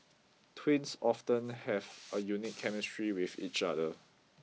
twins often have a unique chemistry with each other